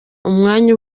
umwanya